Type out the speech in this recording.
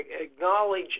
Acknowledge